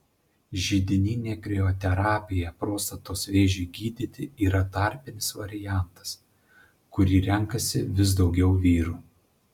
židininė krioterapija prostatos vėžiui gydyti yra tarpinis variantas kurį renkasi vis daugiau vyrų